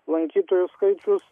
lankytojų skaičius